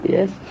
Yes